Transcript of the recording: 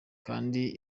kandi